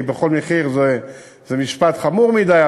כי בכל מחיר זה משפט חמור מדי,